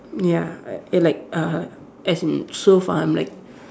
ya I like uh as in so far I'm like